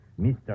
Mr